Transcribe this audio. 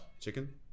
Chicken